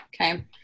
Okay